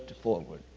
forward